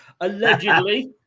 allegedly